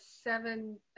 Seven